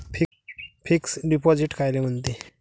Fix deposit कायले म्हनते?